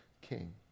king